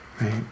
right